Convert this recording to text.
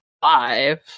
five